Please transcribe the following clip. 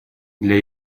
для